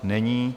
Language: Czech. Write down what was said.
Není.